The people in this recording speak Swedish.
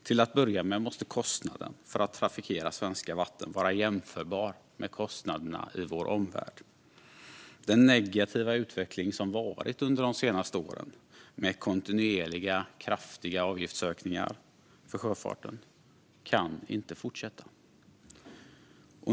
Till att börja med måste kostnaden för att trafikera svenska vatten vara jämförbar med kostnaderna i vår omvärld. Den negativa utveckling som vi har sett under de senaste åren med kontinuerliga och kraftiga avgiftsökningar för sjöfarten kan inte fortsätta.